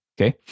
okay